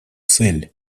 цель